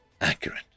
accurate